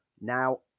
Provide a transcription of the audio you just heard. now